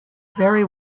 very